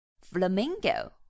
flamingo